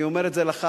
אני אומר את זה לך,